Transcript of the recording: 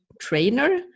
trainer